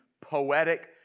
poetic